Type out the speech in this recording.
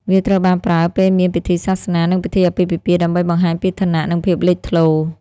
វាត្រូវបានប្រើពេលមានពិធីសាសនានិងពិធីអាពាហ៍ពិពាហ៍ ដើម្បីបង្ហាញពីឋានៈ និងភាពលេចធ្លោ។